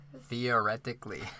Theoretically